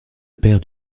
père